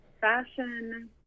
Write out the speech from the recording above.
fashion